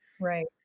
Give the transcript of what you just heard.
Right